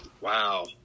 wow